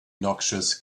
noxious